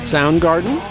Soundgarden